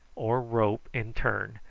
or rope in turn,